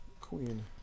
queen